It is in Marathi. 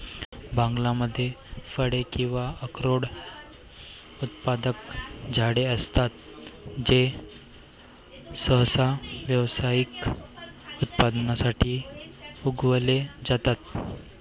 बागांमध्ये फळे किंवा अक्रोड उत्पादक झाडे असतात जे सहसा व्यावसायिक उत्पादनासाठी उगवले जातात